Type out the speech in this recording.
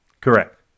Correct